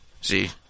See